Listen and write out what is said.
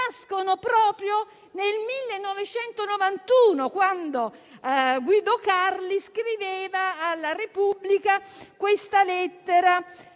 nascono proprio nel 1991, quando Guido Carli scriveva a «la Repubblica» una lettera